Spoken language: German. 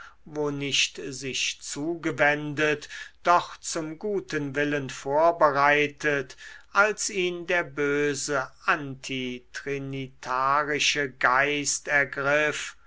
wo nicht sich zugewendet doch zum guten willen vorbereitet als ihn der böse antitrinitarische geist ergriff